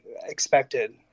expected